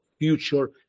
future